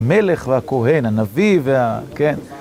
מלך והכהן, הנביא וה... כן.